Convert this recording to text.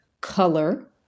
color